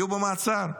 יהיו במעצר.